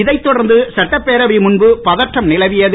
இதை தொடர்ந்து சட்டப்பேரவை முன்பு பதற்றம் நிலவியது